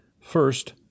first